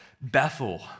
Bethel